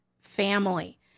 family